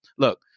Look